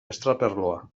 estraperloa